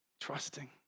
Trusting